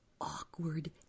awkward